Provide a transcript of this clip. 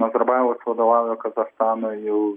nazarbajevas vadovauja kazachstanui jau